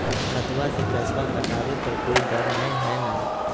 खतबा से पैसबा कटाबे पर कोइ डर नय हय ना?